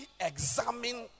examine